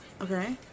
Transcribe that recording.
okay